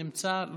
נמצא?